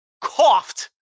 coughed